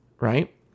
Right